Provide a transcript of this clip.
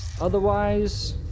otherwise